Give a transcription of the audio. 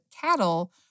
cattle